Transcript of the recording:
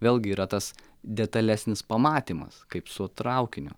vėlgi yra tas detalesnis pamatymas kaip su traukiniu